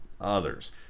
others